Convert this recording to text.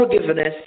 forgiveness